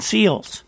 Seals